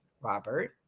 Robert